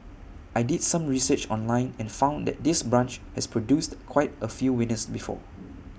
I did some research online and found that this branch has produced quite A few winners before